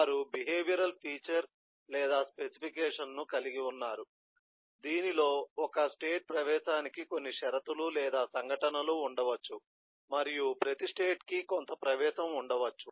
వారు behavioural feature లేదా specification ను కలిగి ఉన్నారు దీనిలో ఒక స్టేట్ ప్రవేశానికి కొన్ని షరతులు లేదా సంఘటనలు ఉండవచ్చు మరియు ప్రతి స్టేట్ కి కొంత ప్రవేశం ఉండవచ్చు